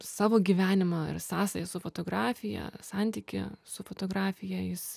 savo gyvenimą ir sąsają su fotografija santykį su fotografija jis